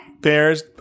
bears